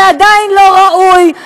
זה עדיין לא ראוי,